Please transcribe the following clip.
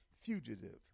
fugitive